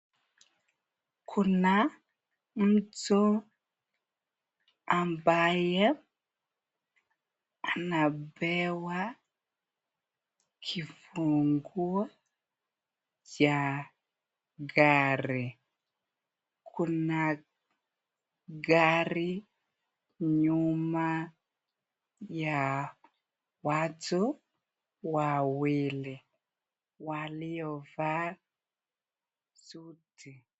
Kuna mtu ambaye, anapewa kifunguo cha gari. Kuna gari nyuma ya watu wawili waliovaa suti.